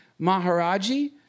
Maharaji